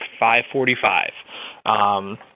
5.45